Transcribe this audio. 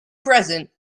present